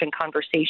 conversation